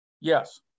Yes